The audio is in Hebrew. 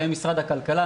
קיים משרד הכלכלה,